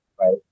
right